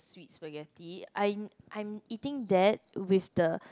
sweets spaghetti I'm I'm eating that with the